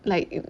like you